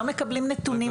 לא מקבלים נתונים,